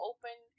Open